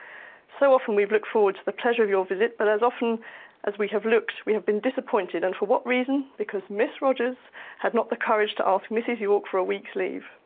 so often we've looked forward to the pleasure of your visit, but, as often as we have looked, we have been disappointed. and for what reason? because miss rogers had not the courage to ask mrs york for a week's leave.